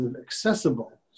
accessible